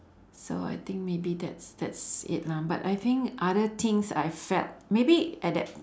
so I think maybe that's that's it lah but I think other things I felt maybe at that